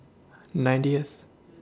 ninetieth